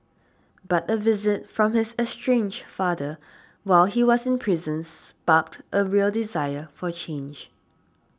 but a visit from his estranged father while he was in prisons barked a real desire for change